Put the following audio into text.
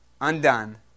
Undone